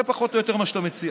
זה פחות או יותר מה שאתה מציע.